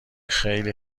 خیلی